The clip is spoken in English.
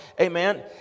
amen